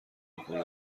میکنه